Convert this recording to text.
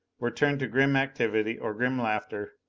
were turned to grim activity, or grim laughter,